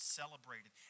celebrated